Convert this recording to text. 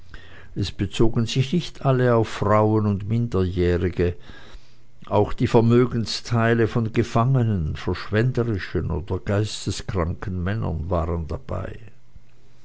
es bezogen sich nicht alle auf frauen und minderjährige auch die vermögensteile von gefangenen verschwenderischen oder geisteskranken männern waren dabei